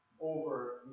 over